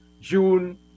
June